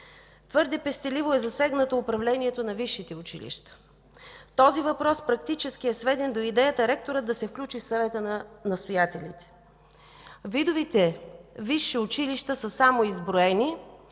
Твърде пестеливо е засегнато управлението на висшите училища. Този въпрос практически е сведен до идеята ректорът да се включи в Съвета на настоятелите. Видовете висши училища са само изброени